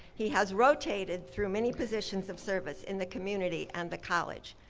he has rotated through many positions of service in the community and the college.